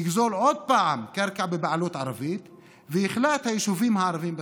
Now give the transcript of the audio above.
יגזול עוד פעם קרקע בבעלות ערבית ויכלא את היישובים הערביים בצפון.